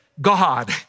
God